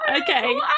Okay